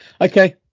okay